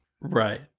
Right